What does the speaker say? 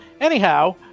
Anyhow